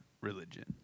religion